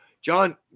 john